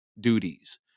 duties